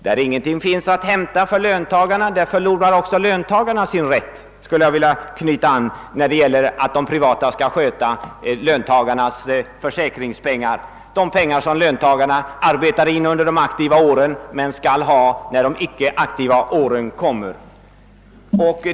Där ingenting finns att hämta för löntagarna, där förlorar också löntagarna sin rätt, skulle jag vilja säga med anledning av önskemålen att de privata företagen skall få sköta löntagarnas försäkringspengar, de pengar som löntagarna arbetar in under de aktiva åren och skall ha ut när de icke aktiva åren kommer.